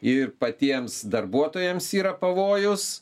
ir patiems darbuotojams yra pavojus